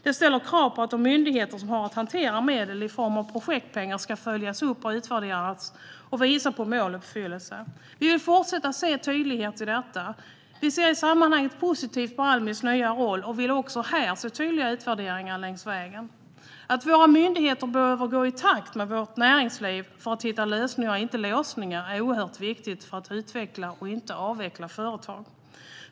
Detta ställer krav på att de myndigheter som har att hantera medel i form av projektpengar ska följas upp, utvärderas och visa på måluppfyllelse. Vi vill se en fortsatt tydlighet i detta. Vi ser i sammanhanget positivt på Almis nya roll och vill också här se tydliga utvärderingar längs vägen. Att våra myndigheter behöver gå i takt med vårt näringsliv för att hitta lösningar och inte låsningar är oerhört viktigt för att utveckla och inte avveckla företag.